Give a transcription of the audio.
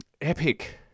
epic